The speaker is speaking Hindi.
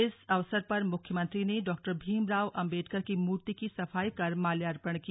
इस अवसर पर मुख्यमंत्री ने डा भीमराव अम्बेडकर की मूर्ति की सफाई कर माल्यार्पण किया